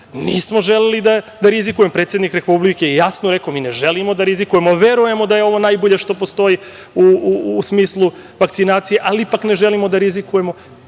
Nismo želeli da rizikujemo. Predsednik Republike je jasno rekao – mi ne želimo da rizikujemo, verujemo da je ovo najbolje što postoji u smislu vakcinacije, ali ipak ne želimo da rizikujemo,